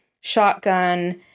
shotgun